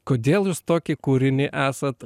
kodėl jūs tokį kūrinį esat